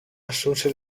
assunse